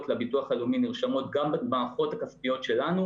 לביטוח הלאומי נרשמות גם במערכות הכספיות שלנו.